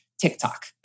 TikTok